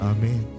Amen